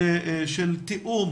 של תאום?